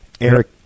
Eric